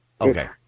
Okay